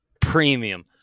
Premium